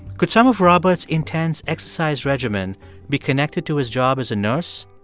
could some of robert's intense exercise regimen be connected to his job as a nurse?